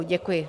Děkuji.